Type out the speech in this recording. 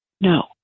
No